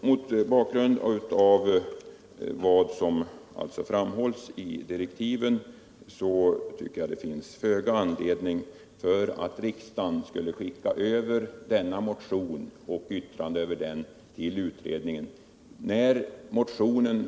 Mot bakgrund av vad som framhållits i direktiven finns det föga anledning för riksdagen att till utredningen skicka över denna motion och yttrandet över den.